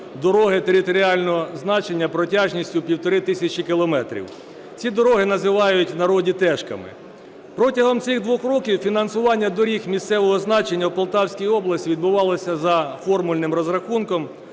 дороги територіального значення протяжністю 1,5 тисячі кілометрів. Ці дороги називають в народі "тешками". Протягом цих двох років фінансування доріг місцевого значення у Полтавській області відбувалося за формульним розрахунком,